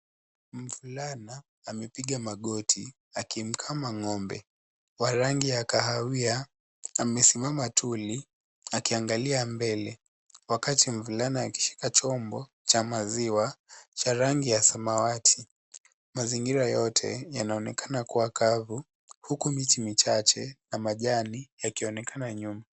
Mvulana amepiga magoti akimkama ng'ombe wa rangi ya kahawia. Amesimama tuli akiangalia mbele wakati mvulana akishika chombo cha maziwa cha rangi ya samawati. Mazingira yote yanaonekana kuwa kavu huku miti michache na majani yakionekana nyuma.